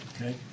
Okay